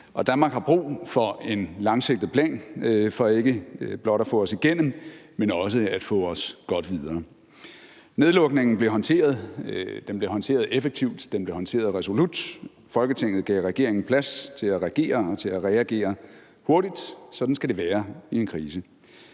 Danmark har brug for en langsigtet plan for ikke blot at få os igennem, men også at få os godt videre. Nedlukningen blev håndteret effektivt, den blev håndteret resolut, Folketinget gav regeringen plads til at regere og til at reagere hurtigt. Sådan skal det være i en krise.